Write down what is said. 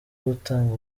gutanga